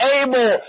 able